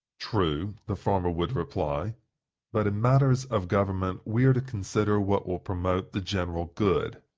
true, the farmer would reply but in matters of government we are to consider what will promote the general good.